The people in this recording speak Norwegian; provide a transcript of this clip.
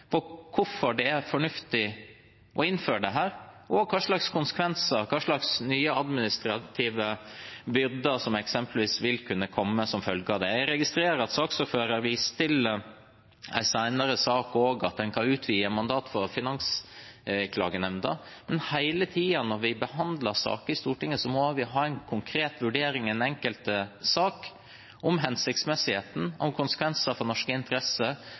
hva slags konsekvenser, hva slags nye administrative byrder, som eksempelvis vil kunne komme som følge av det. Jeg registrerer at saksordføreren viser til en senere sak, og at en kan utvide mandatet til Finansklagenemnda, men hele tiden når vi behandler saker i Stortinget, må vi ha en konkret vurdering i den enkelte sak av hensiktsmessigheten, av konsekvenser for norske interesser,